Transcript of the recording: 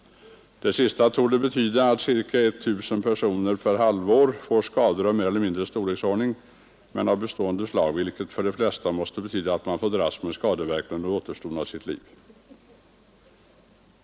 Det sistnämnda torde betyda att ca 1000 personer per halvår får större eller mindre skador, men av bestående slag, vilket för de flesta skulle betyda att de får dras med skadeverkningarna under återstoden av sitt liv.